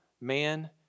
man